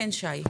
כן שי.